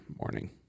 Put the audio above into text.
morning